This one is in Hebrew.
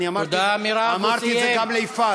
אני אמרתי את זה גם ליפעת.